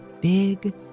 big